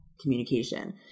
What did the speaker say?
communication